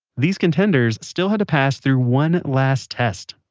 these contenders still had to pass through one last test.